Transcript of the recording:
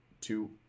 two